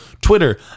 Twitter